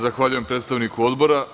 Zahvaljujem predstavniku Odbora.